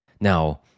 Now